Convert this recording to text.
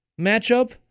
matchup